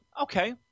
Okay